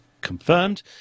confirmed